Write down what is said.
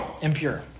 impure